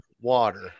water